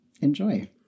Enjoy